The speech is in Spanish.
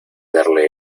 darle